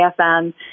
AFM